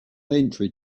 entry